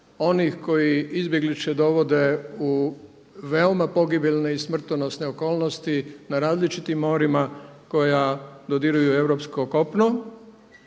onih koji izbjeglice dovode u veoma pogibeljne i smrtonosne okolnosti na različitim morima koja dodiruju europsko kopno,